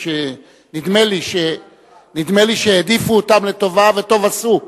נדמה לי שהעדיפו אותם לטובה, וטוב עשו.